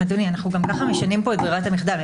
אדוני, אנחנו גם ככה משנים פה את ברירת המחדל.